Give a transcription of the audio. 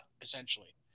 essentially